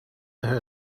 her